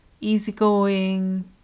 easygoing